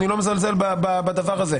אני לא מזלזל בדבר הזה,